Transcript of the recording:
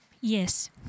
yes